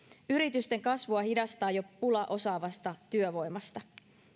yritysten kasvua hidastaa jo pula osaavasta työvoimasta